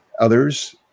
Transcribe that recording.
others